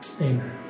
Amen